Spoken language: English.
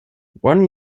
one